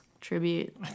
tribute